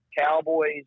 Cowboys